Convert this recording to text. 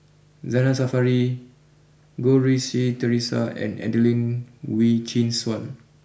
Zainal Sapari Goh Rui Si Theresa and Adelene Wee Chin Suan